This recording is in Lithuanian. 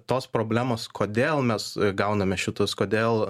tos problemos kodėl mes gauname šitus kodėl